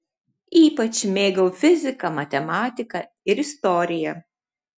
ypač mėgau fiziką matematiką ir istoriją